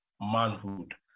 manhood